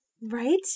right